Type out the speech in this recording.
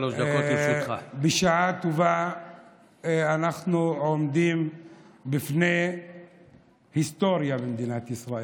בשעה טובה אנחנו עומדים בפני היסטוריה במדינת ישראל.